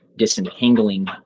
Disentangling